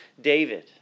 David